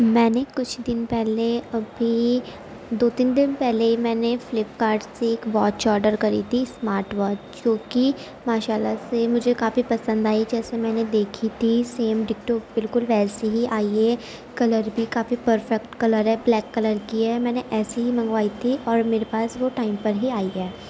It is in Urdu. میں نے کچھ دن پہلے ابھی دو تین دن پہلے میں نے فلپکارٹ سے ایک واچ آرڈر کری تھی اسمارٹ واچ جو کہ ماشا اللہ سے مجھے کافی پسند آئی جیسے میں نے دیکھی تھی سیم ڈٹو بالکل ویسے ہی آئی ہے کلر بھی کافی پرفیکٹ کلر ہے بلیک کلر کی ہے میں نے ایسے ہی منگوائی تھی اور میرے پاس وہ ٹائم پر ہی آئی ہے